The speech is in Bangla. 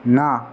না